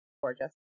Gorgeous